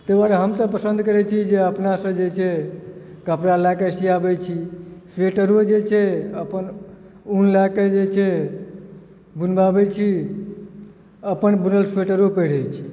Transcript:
ताहि दुआरे हम तऽ पसन्द करैत छियै जे अपनासँ जे छै कपड़ा लए कऽ सियाबैत छी स्वेटरो जे छै अपन ऊन लए कऽ जे छै बुनवबैत छी अपन बुनल स्वेटरो पहिरैत छी